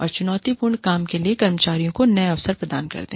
और चुनौतीपूर्ण काम के लिए कर्मचारियों को नए अवसर प्रदान करते हैं